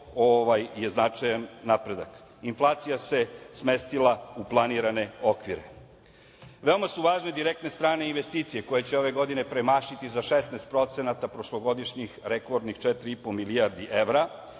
što je značajan napredak. Inflacija se smestila u planirane okvire. Veoma su važne direktne strane investicije koje će ove godine premašiti za 16% prošlogodišnjih rekordnih 4,5 milijardi evra.